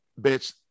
Bitch